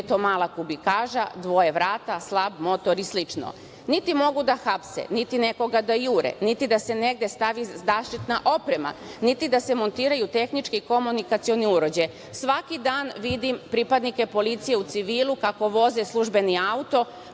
to mala kubikaža, dvoje vrata, slab motor i slično? Niti mogu da hapse, niti nekoga da jure, niti da se negde stavi zaštitna oprema, niti da se montiraju tehničke-komunikacioni uređaji, svaki dan vidim pripadnike policije u civilu kako voze službeni auto,